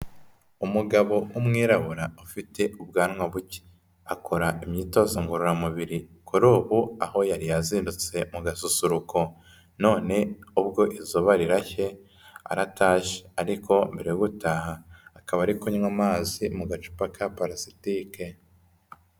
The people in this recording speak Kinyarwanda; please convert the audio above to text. Umugabo w'umwirabura ufite ubwanwa buke, akora imyitozo ngororamubiri kuri ubu aho yari yazindurutse mu gasusuruko, none ubwo izuba rirashye arataje ariko mbere yo gutaha akaba ari kunywa amazi mu gacupa ka palasitike.